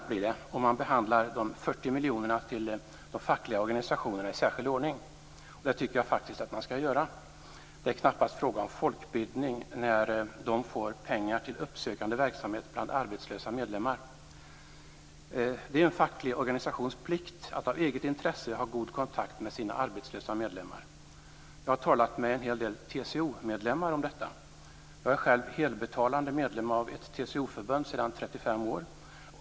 Det blir 9 % om man behandlar de 40 miljonerna till de fackliga organisationerna i särskild ordning, och det tycker jag faktiskt att man skall göra. Det är knappast fråga om folkbildning när de fackliga organisationerna får pengar för uppsökande verksamhet bland arbetslösa medlemmar. Det är en facklig organisations plikt att av eget intresse ha god kontakt med sina arbetslösa medlemmar. Jag har talat med en hel del TCO-medlemmar om detta. Jag är själv helbetalande medlem av ett TCO-förbund sedan 35 år.